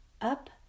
up